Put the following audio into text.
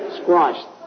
Squashed